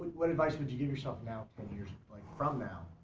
what advice would you give yourself now ten years, like from now